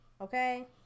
Okay